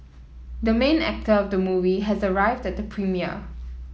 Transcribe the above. the main actor of the movie has arrived at the premiere